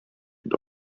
der